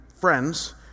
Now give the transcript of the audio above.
friends